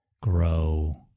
grow